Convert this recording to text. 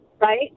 right